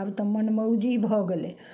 आब तऽ मनमौजी भऽ गेलै